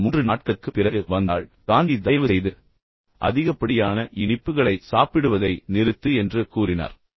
அவள் 3 நாட்களுக்குப் பிறகு வந்தாள் பின்னர் காந்தி தயவுசெய்து அதிகப்படியான இனிப்புகளை சாப்பிடுவதை நிறுத்து என்று கூறினார்